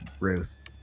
Ruth